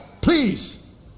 please